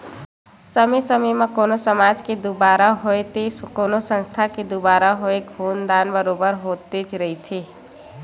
समे समे म कोनो समाज के दुवारा होवय ते कोनो संस्था के दुवारा होवय खून दान बरोबर होतेच रहिथे